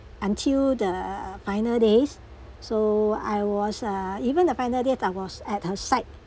until the final days so I was uh even the final days I was at her side